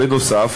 בנוסף,